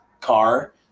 car